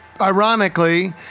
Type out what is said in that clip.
ironically